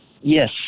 Yes